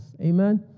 Amen